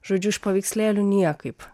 žodžiu iš paveikslėlių niekaip